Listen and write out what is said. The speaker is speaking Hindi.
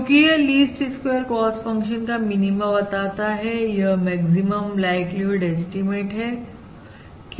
चुकी यह लीस्ट स्क्वेयर कॉस्ट फंक्शन का मिनीमा बताता हैयह मैक्सिमम लाइक्लीहुड ऐस्टीमेट है